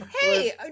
Hey